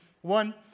One